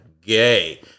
gay